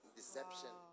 deception